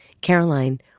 Caroline